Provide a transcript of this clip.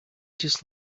just